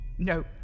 No